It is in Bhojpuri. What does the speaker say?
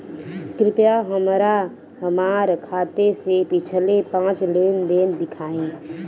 कृपया हमरा हमार खाते से पिछले पांच लेन देन दिखाइ